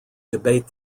debate